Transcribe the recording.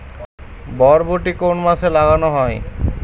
বরবটি কোন মাসে লাগানো হয়?